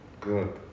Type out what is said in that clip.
Good